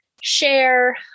share